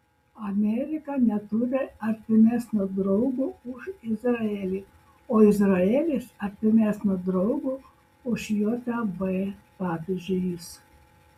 amerika neturi artimesnio draugo už izraelį o izraelis artimesnio draugo už jav pabrėžė jis